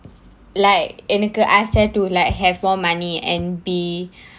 like எனக்கு:enakku to have more money and be